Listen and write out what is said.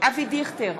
אבי דיכטר,